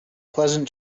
pleasant